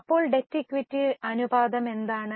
അപ്പോൾ debt equity അനുപാതം എന്താണ്